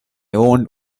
owned